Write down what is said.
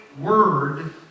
word